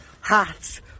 hats